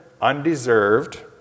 undeserved